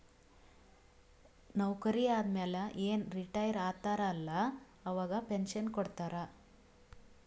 ನೌಕರಿ ಆದಮ್ಯಾಲ ಏನ್ ರಿಟೈರ್ ಆತಾರ ಅಲ್ಲಾ ಅವಾಗ ಪೆನ್ಷನ್ ಕೊಡ್ತಾರ್